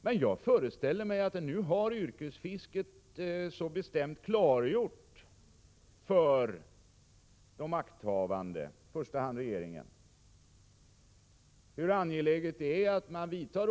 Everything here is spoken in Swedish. Men 14 januari 1987 jag föreställer mig att yrkesfisket nu så bestämt har klargjort för de Fisk NE makthavande, i första hand för regeringen, hur angeläget det är att åtgärder fartyg sot hjälp.